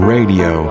Radio